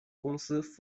公司